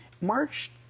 March